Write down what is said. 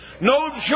No